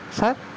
sir